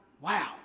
Wow